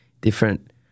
different